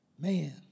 Man